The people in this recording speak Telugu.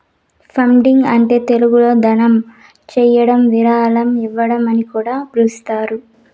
ఫండింగ్ అంటే తెలుగులో దానం చేయడం విరాళం ఇవ్వడం అని కూడా పిలుస్తారు